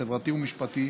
חברתי ומשפטי,